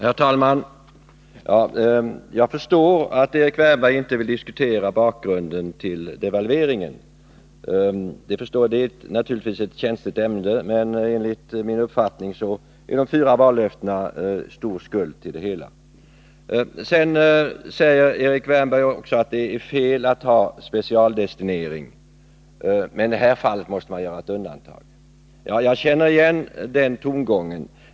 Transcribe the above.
Herr talman! Jag förstår att Erik Wärnberg inte vill diskutera bakgrunden till devalveringen. Det är naturligtvis ett känsligt ämne. Enligt min uppfattning är de fyra vallöftena stor skuld till den. Erik Wärnberg sade också att det är fel att använda specialdestinering, men att man i det här fallet måste göra ett undantag. Jag känner igen de tongångarna.